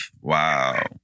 Wow